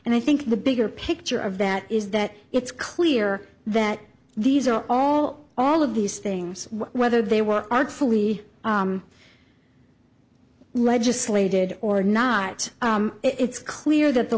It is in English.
and i think the bigger picture of that is that it's clear that these are all all of these things whether they were artfully legislated or not it's clear that the